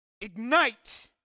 Ignite